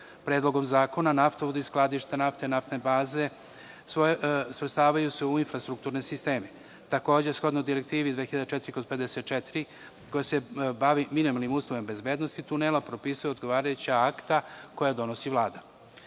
naknada. Predlogom zakona, naftovodi, skladišta nafte, naftne baze svrstavaju se u infrastrukturne sisteme. Takođe, shodno Direktivi 2004/54, koja se bavi minimalnim uslovima bezbednosti tunela propisuje odgovarajuća akta koja donosi